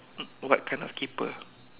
what kind of keeper